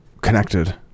connected